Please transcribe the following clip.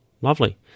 Lovely